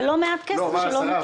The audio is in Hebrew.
זה לא מעט כסף שלא נוצל.